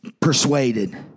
persuaded